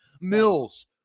Mills